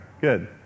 good